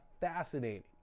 fascinating